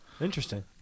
interesting